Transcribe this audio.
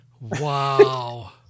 Wow